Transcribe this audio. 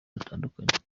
batandukanye